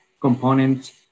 components